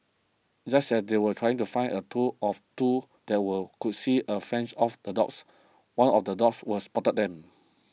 just as they were trying to find a tool of two that will could see a French off the dogs one of the dogs was spotted them